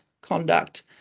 conduct